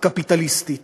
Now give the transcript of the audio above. הקפיטליסטית